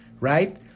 right